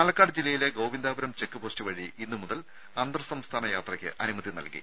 പാലക്കാട് ജില്ലയിലെ ഗോവിന്ദാപുരം ചെക്ക്പോസ്റ്റ് വഴി ഇന്നു മുതൽ അന്തർ സംസ്ഥാന യാത്രയ്ക്ക് അനുമതി നൽകി